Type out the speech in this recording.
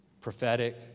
prophetic